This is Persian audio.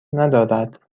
ندارد